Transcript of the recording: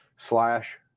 slash